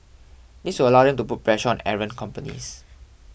this will allow them to put pressure on errant companies